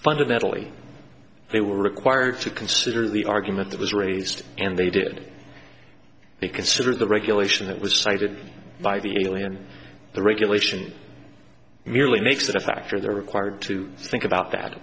fundamentally they were required to consider the argument that was raised and they did they consider the regulation that was cited by the way on the regulation merely makes it a factor they're required to think about that